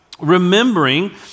remembering